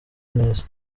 neza